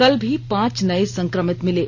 कल भी पांच नये संक्रमित मिले